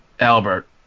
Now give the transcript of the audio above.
Albert